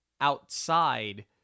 outside